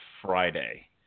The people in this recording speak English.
Friday